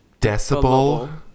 decibel